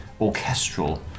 orchestral